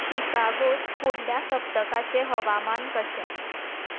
शिकागोंत फुडल्या सप्तकाचें हवामान कशें